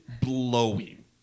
blowing